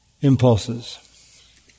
impulses